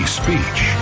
speech